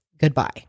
Goodbye